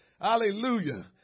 Hallelujah